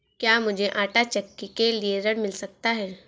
क्या मूझे आंटा चक्की के लिए ऋण मिल सकता है?